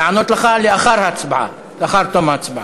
לענות לך לאחר תום ההצבעה.